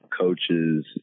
coaches